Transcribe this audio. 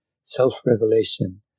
Self-revelation